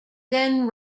then